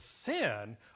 sin